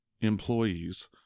employees